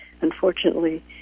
unfortunately